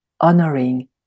honoring